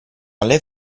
alle